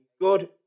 good